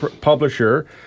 publisher